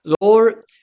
Lord